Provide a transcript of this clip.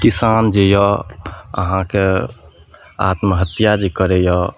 किसान जे यऽ अहाँके आत्महत्या जे करै यऽ